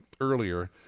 earlier